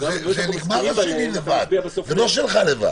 נגמר שלי לבד, זה לא שלך לבד.